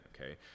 okay